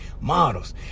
Models